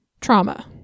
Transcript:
trauma